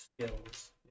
skills